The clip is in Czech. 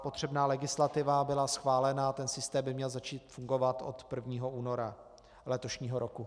Potřebná legislativa byla schválena a ten systém by měl začít fungovat od 1. února letošního roku.